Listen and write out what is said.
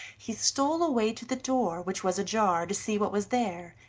he stole away to the door, which was ajar, to see what was there,